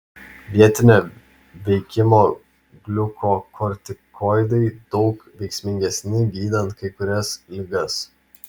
vietinio veikimo gliukokortikoidai daug veiksmingesni gydant kai kurias ligas